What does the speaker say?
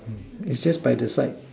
mm it's just by the side